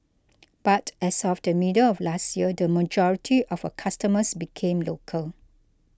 but as of the middle of last year the majority of her customers became local